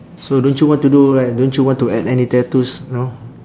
so don't you want to do like don't you want to add any tattoos know